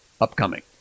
upcoming